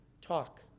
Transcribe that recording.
talk